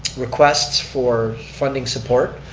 requests for funding support.